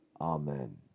Amen